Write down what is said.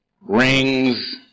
rings